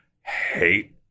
hate